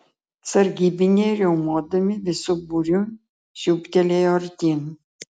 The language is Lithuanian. sargybiniai riaumodami visu būriu siūbtelėjo artyn